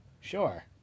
sure